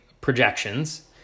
projections